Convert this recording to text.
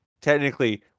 technically